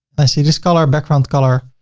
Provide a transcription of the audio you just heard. i see this color, background color.